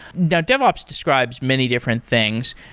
now devops describes many different things.